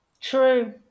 True